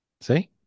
See